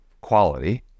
quality